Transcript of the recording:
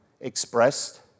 expressed